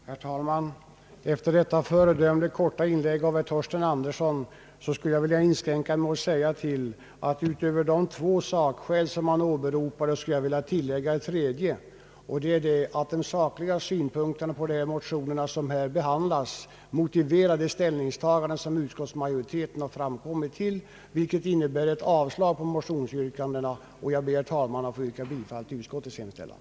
Herr talman! Efter detta föredömligt korta inlägg av herr Torsten Andersson vill jag inskränka mig till att säga att utöver de två sakskäl som han åberopade skulle jag vilja tillägga ett tredje. Det är att sakliga synpunkter på de motioner som här behandlas motiverar det ställningstagande som utskottsmajoriteten kommit till, vilket innebär ett avslag på motionsyrkandena. Jag ber, herr talman, att få yrka bifall till utskottets hemställan.